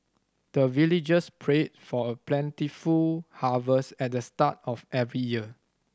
the villagers pray for plentiful harvest at the start of every year